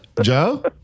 Joe